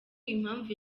impamvu